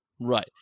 Right